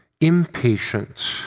impatience